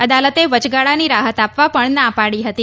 અદાલતે વચગાળાની રાહત આપવા પણ ના પાડી હતી